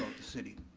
the city.